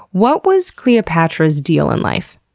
what was cleopatra's deal in life?